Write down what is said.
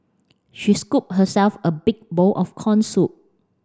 she scooped herself a big bowl of corn soup